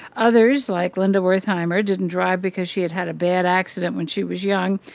others, like linda wertheimer, didn't drive because she had had a bad accident when she was young.